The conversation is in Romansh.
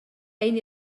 ein